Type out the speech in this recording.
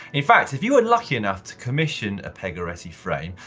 in fact, if you were lucky enough to commission a pegoretti frame,